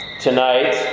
tonight